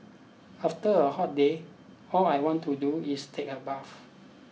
after a hot day all I want to do is take a bath